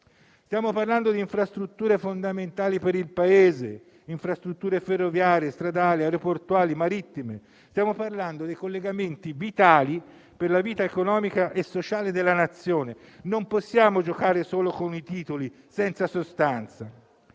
infatti parlando di infrastrutture fondamentali per il Paese - ferroviarie, stradali, aeroportuali e marittime - e dei collegamenti vitali per la vita economica e sociale della Nazione. Non possiamo giocare solo con i titoli, senza dare sostanza.